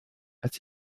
als